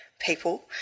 people